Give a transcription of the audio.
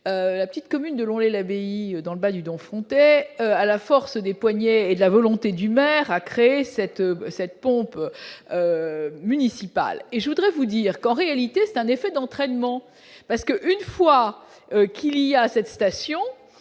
la petite commune de louer l'abbaye dans le bas du Domfront à la force des poignets et la volonté du maire a créé cette cette pompe municipale. Et je voudrais vous dire qu'en réalité c'est un effet d'entraînement parce que, une fois qu'il y a cette citation